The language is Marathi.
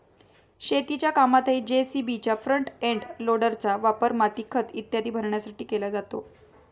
शेतीच्या कामातही जे.सी.बीच्या फ्रंट एंड लोडरचा वापर माती, खत इत्यादी भरण्यासाठी केला जातो